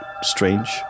strange